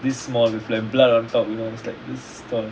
this small with blood on top you know he's like this tall